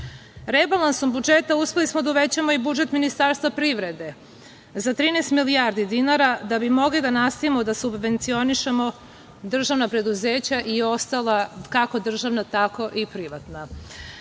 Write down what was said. sektoru. Rebalansom budžeta uspeli smo da uvećamo i budžet Ministarstva privrede za 13 milijardi dinara, da bi mogli da nastavimo da subvencionišemo državna preduzeća i ostala kako državna, tako i privatna.